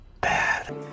bad